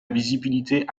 visibilité